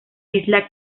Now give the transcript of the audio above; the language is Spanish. isla